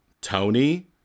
Tony